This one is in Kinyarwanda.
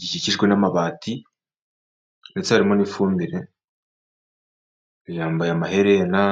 gikikijwe n'amabati ndetse harimo n'ifumbire, yambaye amaherena.